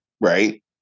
right